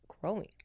growing